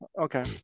Okay